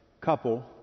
couple